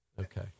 Okay